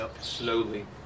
slowly